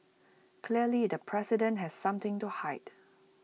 clearly the president has something to hide